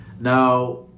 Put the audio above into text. Now